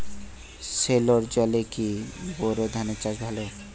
সেলোর জলে কি বোর ধানের চাষ ভালো?